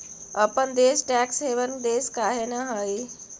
अपन देश tax haven देश काहे न हई?